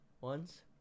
ones